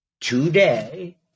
today